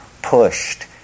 pushed